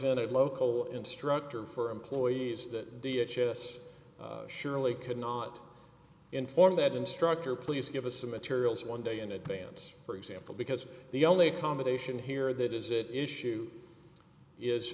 in a local instructor for employees that the h s surely could not inform that instructor please give us the materials one day in advance for example because the only accommodation here that is it issue is